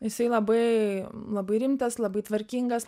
jisai labai labai rimtas labai tvarkingas